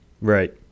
right